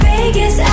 Vegas